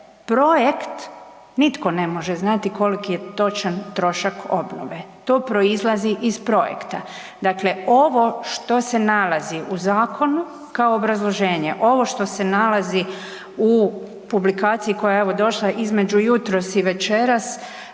projekt nitko ne može znati koliki je točan trošak obnove. To proizlazi iz projekta. Dakle, ovo što se nalazi u zakonu kao obrazloženje, ovo što se nalazi u publikaciji koja je evo došla između jutros i večeras